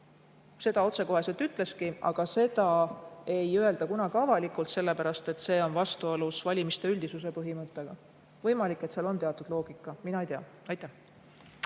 Seda otsekoheselt ütlesidki. Aga seda ei öelda kunagi avalikult, sellepärast et see on vastuolus valimiste üldisuse põhimõttega. Võimalik, et seal on teatud loogika, mina ei tea. Rohkem